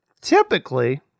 typically